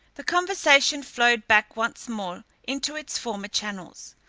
the conversation flowed back once more into its former channels,